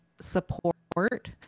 support